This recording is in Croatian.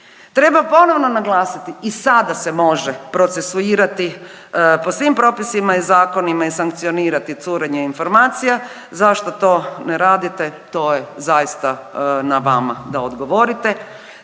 Treba ponovno naglasiti i sada se može procesuirati po svim propisima i zakonima i sankcionirati curenje informacije, zašto to ne radite to je zaista na vama da odgovorite.